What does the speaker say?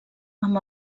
amb